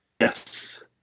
yes